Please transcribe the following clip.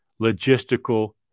Logistical